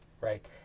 right